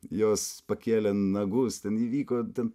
jos pakėlė nagus ten įvyko ten